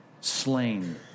slain